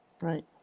Right